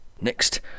Next